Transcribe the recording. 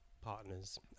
partners